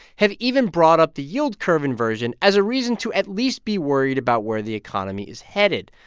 have even brought up the yield curve inversion as a reason to at least be worried about where the economy is headed.